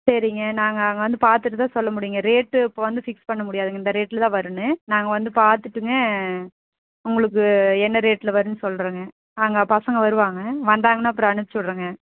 சரிங்க நாங்கள் அங்கே வந்து பார்த்துட்டு தான் சொல்ல முடியுங்க ரேட்டு இப்போ வந்து ஃபிக்ஸ் பண்ண முடியாதுங்க இந்த ரேட்டில் தான் வரும்னு நாங்கள் வந்து பார்த்துட்டுங்க உங்களுக்கு என்ன ரேட்டில் வருதுன்னு சொல்கிறேங்க அங்கே பசங்கள் வருவாங்க வந்தாங்கன்னால் அப்புறம் அமுச்சு விட்றேங்க